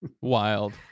Wild